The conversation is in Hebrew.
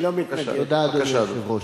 תודה, אדוני היושב-ראש.